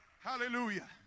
Hallelujah